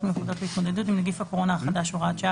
מיוחדות להתמודדות עם נגיף הקורונה החדש (הוראת שעה),